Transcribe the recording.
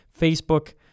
Facebook